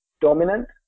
dominant